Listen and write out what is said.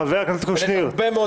חבר הכנסת קושניר -- אבל יש הרבה מאוד